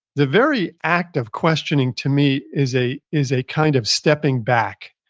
the very act of questioning to me is a is a kind of stepping back.